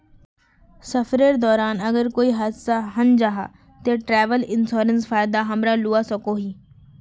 सफरेर दौरान अगर कोए हादसा हन जाहा ते ट्रेवल इन्सुरेंसर फायदा हमरा लुआ सकोही